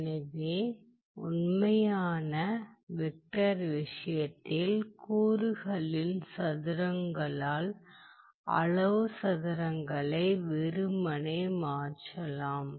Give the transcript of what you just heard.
எனவே உண்மையான வெக்டர் விஷயத்தில் கூறுகளின் சதுரங்களால் அளவு சதுரங்களை வெறுமனே மாற்றலாம்